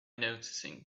noticing